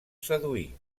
seduir